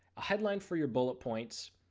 a headline for your bullet points,